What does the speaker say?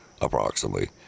Approximately